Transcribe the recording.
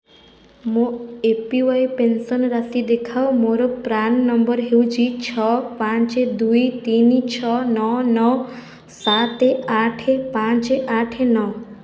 ମୋ A P Y pension ରାଶି ଦେଖାଅ ମୋର ପ୍ରାନ୍ ନମ୍ବର୍ ହେଉଛି ଛଅ ପାଞ୍ଚ ଦୁଇ ତିନି ଛଅ ନଅ ନଅ ସାତ ଆଠ ପାଞ୍ଚ ଆଠ ନଅ